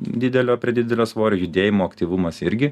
didelio prie didelio svorio judėjimo aktyvumas irgi